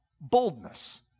boldness